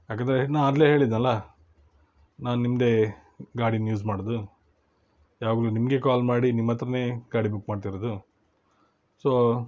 ಯಾಕಂದರೆ ನಾ ಆಗಲೇ ಹೇಳಿದೆನಲ್ಲ ನಾನು ನಿಮ್ಮದೇ ಗಾಡಿನ ಯೂಸ್ ಮಾಡೋದು ಯಾವಾಗಲೂ ನಿಮಗೆ ಕಾಲ್ ಮಾಡಿ ನಿಮ್ಮ ಹತ್ರನೇ ಗಾಡಿ ಬುಕ್ ಮಾಡ್ತಿರೋದು ಸೋ